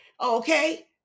Okay